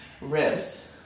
ribs